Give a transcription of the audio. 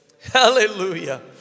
Hallelujah